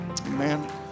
Amen